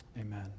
Amen